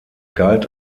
galt